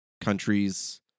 countries